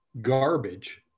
garbage